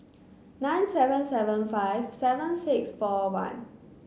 nine seven seven five seven six four one